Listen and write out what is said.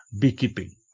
beekeeping